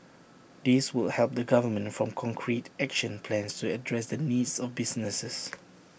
this will help the government form concrete action plans to address the needs of businesses